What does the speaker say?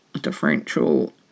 differential